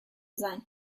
sein